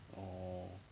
uh